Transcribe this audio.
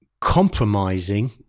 Compromising